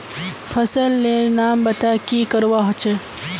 फसल लेर नाम बता की करवा होचे?